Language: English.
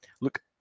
Look